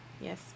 Yes